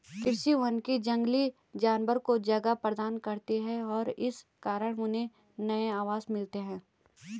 कृषि वानिकी जंगली जानवरों को जगह प्रदान करती है और इस प्रकार उन्हें नए आवास मिलते हैं